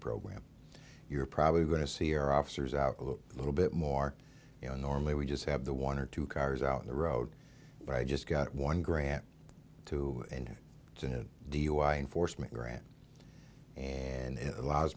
program you're probably going to see our officers out of a little bit more you know normally we just have the one or two cars out in the road but i just got one grant too and it's a dui enforcement grant and it allows